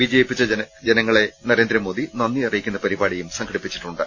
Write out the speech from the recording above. വിജയിപ്പിച്ച ജനങ്ങളെ നരേന്ദ്രമോദി നന്ദി അറിയിക്കുന്ന പരിപാടിയും സംഘടിപ്പിച്ചിട്ടുണ്ട്